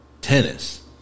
tennis